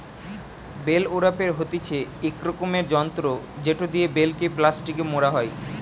bell ওরাপের হতিছে ইক রকমের যন্ত্র জেটো দিয়া বেল কে প্লাস্টিকে মোড়া হই